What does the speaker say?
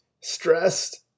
stressed